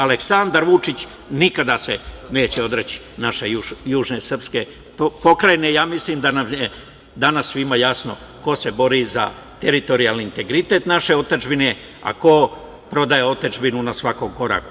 Aleksandar Vučić nikada se neće odreći naše južne sprske pokrajine, ja mislim da nam je danas svima jasno ko se bori za teritorijalni integritet naše otadžbine, a ko prodaje otadžbinu na svakom koraku.